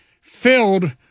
filled